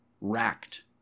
racked